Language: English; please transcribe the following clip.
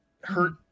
hurt